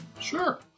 Sure